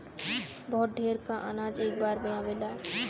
बहुत ढेर क अनाज एक बार में आवेला